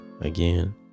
again